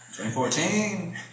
2014